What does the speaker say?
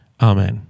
Amen